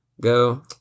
go